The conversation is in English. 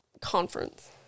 conference